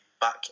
back